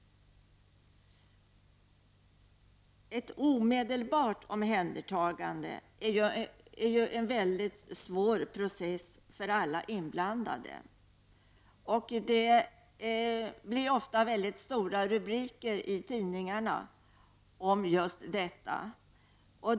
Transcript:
Ett omedelbart omhändertagande är en svår process för alla inblandade. Det blir ofta stora rubriker i tidningarna om detta.